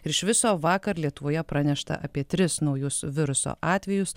ir iš viso vakar lietuvoje pranešta apie tris naujus viruso atvejus